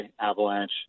avalanche